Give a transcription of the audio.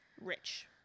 rich